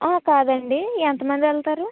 ఆ కాదండి ఎంతమంది వెళ్తారు